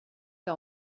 que